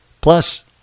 Plus